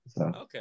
Okay